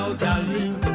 darling